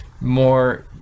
more